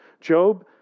Job